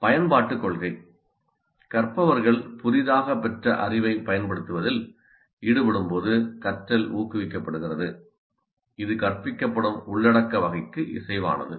பயன்பாட்டுக் கொள்கை கற்பவர்கள் புதிதாகப் பெற்ற அறிவைப் பயன்படுத்துவதில் ஈடுபடும்போது கற்றல் ஊக்குவிக்கப்படுகிறது இது கற்பிக்கப்படும் உள்ளடக்க வகைக்கு இசைவானது